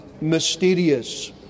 mysterious